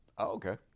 Okay